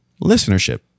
listenership